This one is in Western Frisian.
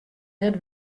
net